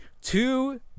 two